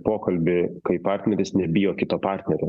pokalbį kai partneris nebijo kito partnerio